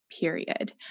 period